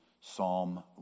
Psalm